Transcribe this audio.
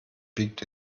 biegt